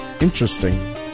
interesting